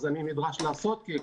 אז אני נדרש לעשות כן.